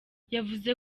yavuze